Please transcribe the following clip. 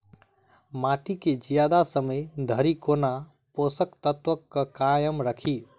माटि केँ जियादा समय धरि कोना पोसक तत्वक केँ कायम राखि?